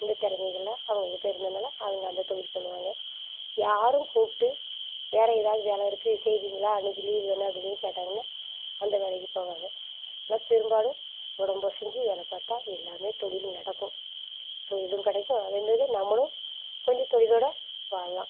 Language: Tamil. இந்த திறமைகள்லாம் அவங்கள்கிட்ட இருந்ததுனால் அவங்க அந்த தொழில் பண்ணுவாங்க யாரும் கூப்பிட்டு வேறே எதாவது வேலை இருக்குது செய்கிறிங்களா இன்றைக்கி லீவ் தானே அப்படின் சொல்லி கேட்டாங்கன்னால் அந்த வேலைக்குப் போவாங்க ஆனால் பெரும்பாலும் உடம்பு அசைஞ்சி வேலை பார்த்தா எல்லாமே தொழில் நடக்கும் தொழிலும் கிடைக்கும் அதேமாரி தான் நம்மளும் கொஞ்ச தொழிலோட வாழலாம்